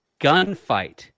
gunfight